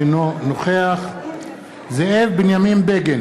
אינו נוכח זאב בנימין בגין,